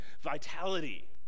vitality